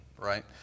right